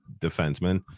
defenseman